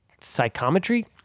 psychometry